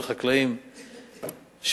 לחקלאים,